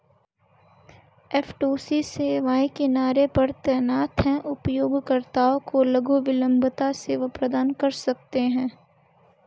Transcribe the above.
F two C सेवाएं किनारे पर तैनात हैं, उपयोगकर्ताओं को लघु विलंबता सेवा प्रदान कर सकते हैं